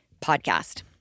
podcast